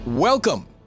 Welcome